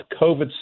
COVID